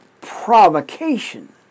provocation